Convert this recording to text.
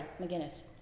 McGinnis